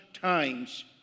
times